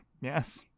Yes